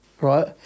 right